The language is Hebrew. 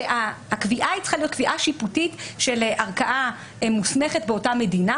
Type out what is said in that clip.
שהקביעה צריכה להיות קביעה שיפוטית של ערכאה מוסמכת באותה מדינה,